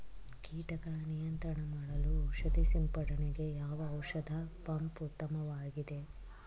ಕೀಟಗಳ ನಿಯಂತ್ರಣ ಮಾಡಲು ಔಷಧಿ ಸಿಂಪಡಣೆಗೆ ಯಾವ ಔಷಧ ಪಂಪ್ ಉತ್ತಮವಾಗಿದೆ?